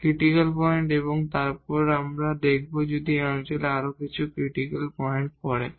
critical point এবং তারপর আমরা দেখব যদি এই অঞ্চলে আরো কিছু ক্রিটিকাল পয়েন্ট পড়ে